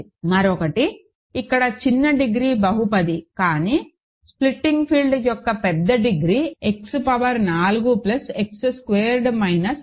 మరొకటి ఇక్కడ చిన్న డిగ్రీ బహుపది కానీ స్ప్లిటింగ్ ఫీల్డ్ యొక్క పెద్ద degree X power 4 plus X squared minus 6